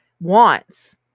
wants